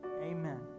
amen